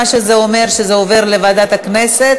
שתקבע ועדת הכנסת